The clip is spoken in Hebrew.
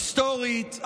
היסטורית,